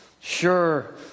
sure